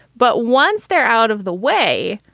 but once they're out of the way,